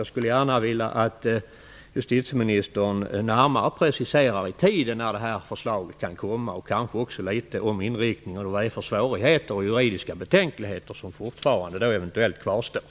Jag skulle gärna vilja att justitieministern närmare preciserade när i tiden det här förslaget kan komma, kanske också litet om inriktningen och vad det finns för svårigheter och juridiska betänkligheter som fortfarande eventuellt kvarstår.